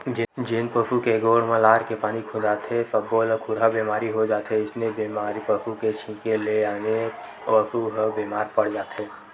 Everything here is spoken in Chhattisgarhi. जेन पसु के गोड़ म लार के पानी खुंदाथे सब्बो ल खुरहा बेमारी हो जाथे अइसने बेमारी पसू के छिंके ले आने पसू ह बेमार पड़ जाथे